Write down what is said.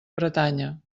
bretanya